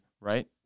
Right